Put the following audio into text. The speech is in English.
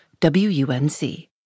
WUNC